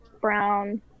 brown